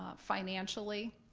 ah financially,